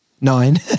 Nine